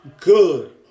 good